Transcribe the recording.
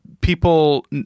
people –